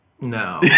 No